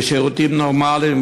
לשירותים נורמליים,